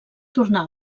tornar